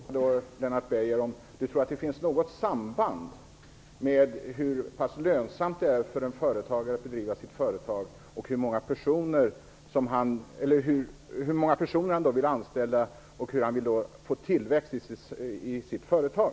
Fru talman! Då skulle jag vilja komplettera frågorna och fråga Lennart Beijer om han tror att det finns något samband mellan hur lönsamt det är för en företagare att bedriva sitt företag och hur många personer han då vill anställa och hur han vill få tillväxt i sitt företag.